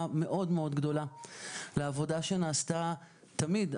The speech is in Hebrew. מאוד-מאוד גדולה לעבודה שנעשתה - תמיד,